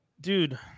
dude